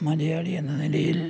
മലയാളി എന്ന നിലയിൽ